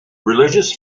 religious